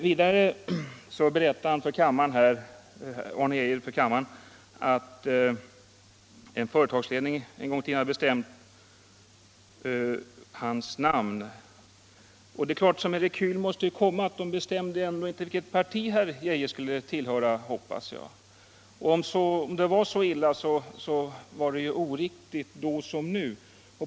Vidare berättade Arne Geijer för kammaren att en företagsledning en gång hade bestämt hans namn. Det är klart att sådant måste komma som en rekyl, men företagsledningen bestämde ändå inte vilket parti Arne Geijer skulle tillhöra, hoppas jag. Om det var så illa var det oriktigt då som nu.